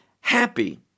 happy